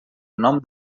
nom